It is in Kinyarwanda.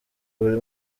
buri